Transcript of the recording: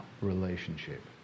relationship